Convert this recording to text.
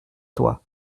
toi